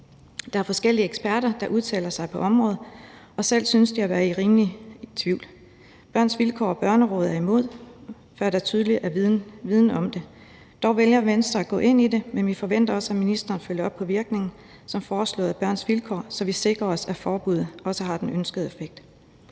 Der er forskellige eksperter, der udtaler sig på området, og selv de synes at være rimelig meget i tvivl. Børns Vilkår og Børnerådet er imod, før der er mere tydelig viden om det. Dog vælger Venstre at gå ind i det, men vi forventer også, at ministeren følger op på virkningen som foreslået af Børns Vilkår, så vi sikrer os, at forbuddet også har den ønskede effekt.